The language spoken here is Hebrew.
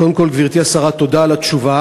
קודם כול, גברתי השרה, תודה על התשובה.